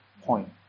point